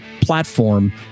platform